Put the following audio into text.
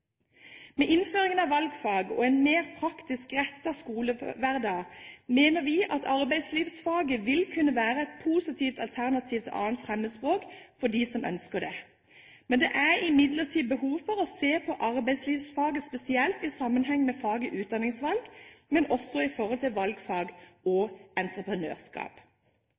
Med innføringen av valgfag og en mer praktisk rettet skolehverdag mener vi at arbeidslivsfaget vil kunne være et positivt alternativ til 2. fremmedspråk for dem som ønsker det. Det er imidlertid behov for å se på arbeidslivsfaget spesielt i sammenheng med faget utdanningsvalg, men også i sammenheng med valgfag og entreprenørskap.